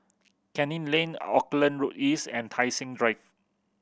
Canning Lane Auckland Road East and Tai Seng Drive